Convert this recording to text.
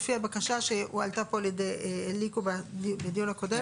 לפי הבקשה שהועלתה פה על ידי אליקו בדיון הקודם.